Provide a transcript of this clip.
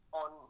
on